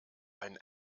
ein